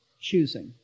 choosing